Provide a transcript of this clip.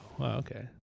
Okay